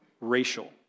racial